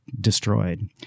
destroyed